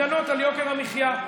הפגנות על יוקר המחיה.